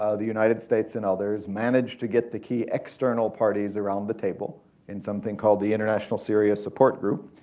ah the united states and others managed to get the key external parties around the table in something called the international syria support group,